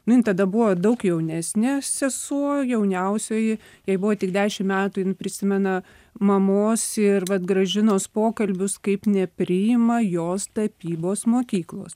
nu jin tada buvo daug jaunesnė sesuo jauniausioji jai buvo tik dešim metų jin prisimena mamos ir vat gražinos pokalbius kaip nepriima jos tapybos mokyklos